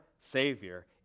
savior